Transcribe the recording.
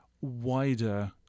wider